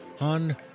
on